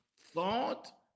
thought